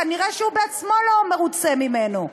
כנראה הוא בעצמו לא מרוצה ממנו,